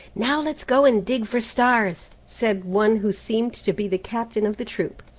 now let's go and dig for stars, said one who seemed to be the captain of the troop.